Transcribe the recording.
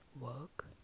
work